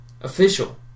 official